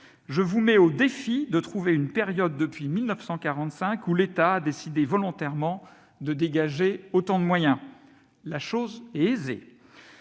Je vous mets au défi de trouver une période, depuis 1945, où l'État a décidé volontairement de dégager autant de moyens. » La chose est aisée